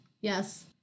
Yes